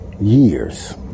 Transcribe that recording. years